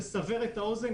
לסבר את האוזן,